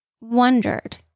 wondered